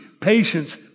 patience